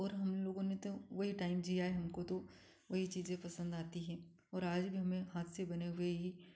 और हम लोगों ने तो वही टाइम जीया है हमको तो वही चीज़ें पसंद आती हैं और आज भी हमें हाथ से बने हुए ही